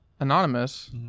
anonymous